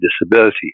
disability